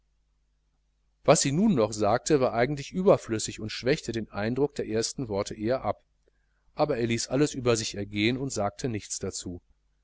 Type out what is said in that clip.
was sie nun noch sagte war eigentlich überflüssig und schwächte den eindruck der ersten worte eher ab aber er ließ alles über sich ergehen und sagte nichts dazu